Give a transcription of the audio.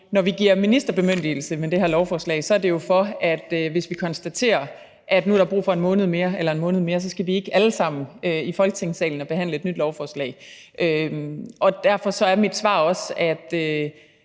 Når vi giver ministerbemyndigelse med det her lovforslag, er det jo, for at vi, hvis vi konstaterer, at nu er der brug for 1 måned mere og 1 måned mere, så ikke alle sammen skal i Folketingssalen og behandle et nyt lovforslag. Derfor er mit svar også, at